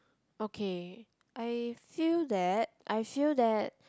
okay I feel that I feel that